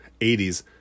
80s